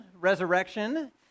resurrection